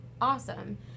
awesome